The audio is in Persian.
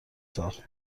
ساخت